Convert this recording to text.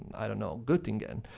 i don't know gottingen.